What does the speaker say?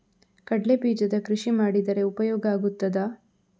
ಕಡ್ಲೆ ಬೀಜದ ಕೃಷಿ ಮಾಡಿದರೆ ಉಪಯೋಗ ಆಗುತ್ತದಾ?